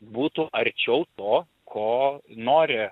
būtų arčiau to ko nori